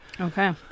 Okay